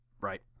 right